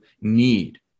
need